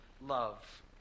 love